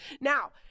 Now